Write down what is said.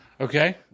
Okay